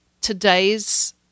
today's